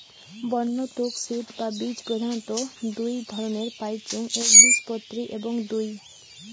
বন্য তুক সিড বা বীজ প্রধানত দুই ধরণের পাইচুঙ একবীজপত্রী এবং দুই